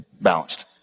balanced